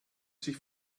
sich